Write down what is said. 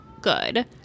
good